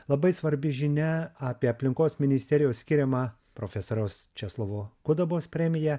labai svarbi žinia apie aplinkos ministerijos skiriamą profesoriaus česlovo kudabos premiją